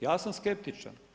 Ja sam skeptičan.